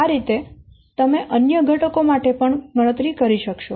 આ રીતે તમે અન્ય ઘટકો માટે પણ ગણતરી કરી શકશો